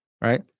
right